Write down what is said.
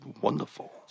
wonderful